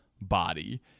body